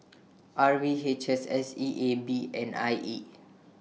R V H S S E A B and I E